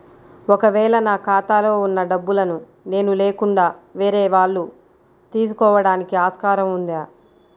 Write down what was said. ఒక వేళ నా ఖాతాలో వున్న డబ్బులను నేను లేకుండా వేరే వాళ్ళు తీసుకోవడానికి ఆస్కారం ఉందా?